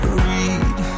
read